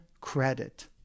credit